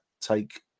take